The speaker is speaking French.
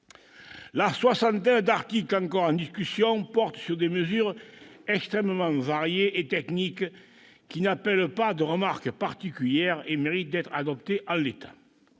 la soixantaine d'articles encore en discussion portent sur des mesures extrêmement variées et techniques, qui n'appellent pas de remarques particulières et méritent d'être adoptées en l'état.